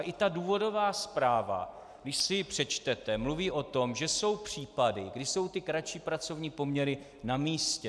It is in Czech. I důvodová zpráva, když si ji přečtete, mluví o tom, že jsou případy, kdy jsou kratší pracovní poměry namístě.